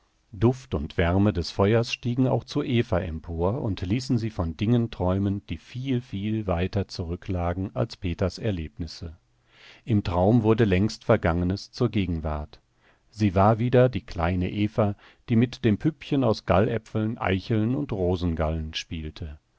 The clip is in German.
duft und wärme des feuers stiegen auch zu eva empor und ließen sie von dingen träumen die viel viel weiter zurücklagen als peters erlebnisse im traum wurde längst vergangenes zur gegenwart sie war wieder die kleine eva die mit den püppchen aus galläpfeln eicheln und rosengallen spielte